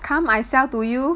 come I sell to you